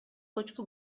көчкү